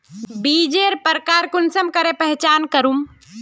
बीजेर प्रकार कुंसम करे पहचान करूम?